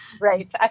Right